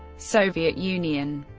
soviet union